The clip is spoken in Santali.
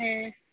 ᱦᱮᱸ